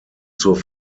zur